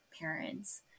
parents